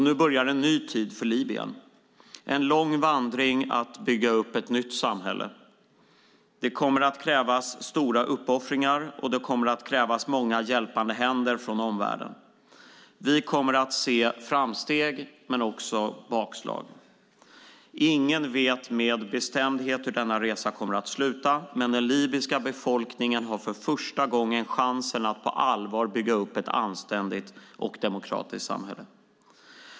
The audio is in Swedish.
Nu börjar en ny tid för Libyen med en lång vandring mot att bygga upp ett nytt samhälle. Det kommer att krävas stora uppoffringar och många hjälpande händer från omvärlden. Vi kommer att se framsteg men också bakslag. Ingen vet med bestämdhet hur denna resa kommer att sluta, men den libyska befolkningen har för första gången chansen att på allvar bygga upp ett anständigt och demokratiskt samhälle.